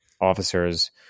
officers